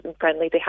friendly